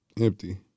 Empty